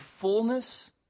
fullness